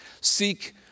seek